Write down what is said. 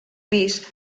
pis